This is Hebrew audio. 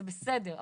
זה בסדר,